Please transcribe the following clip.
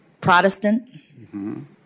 Protestant